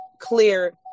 clear